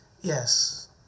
Yes